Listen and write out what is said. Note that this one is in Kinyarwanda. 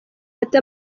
ati